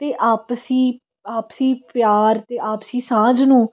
ਅਤੇ ਆਪਸੀ ਆਪਸੀ ਪਿਆਰ ਅਤੇ ਆਪਸੀ ਸਾਂਝ ਨੂੰ